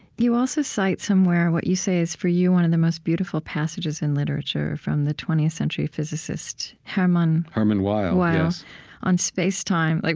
you also cite somewhere what you say is, for you, one of the most beautiful passages in literature, from the twentieth century physicist, hermann, hermann weyl, yes, weyl on spacetime. like